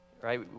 right